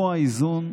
פה האיזון.